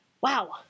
Wow